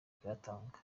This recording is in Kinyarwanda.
kuyatanga